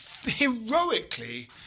heroically